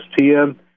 STM